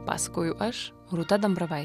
pasakoju aš rūta dambravai